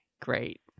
great